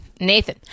Nathan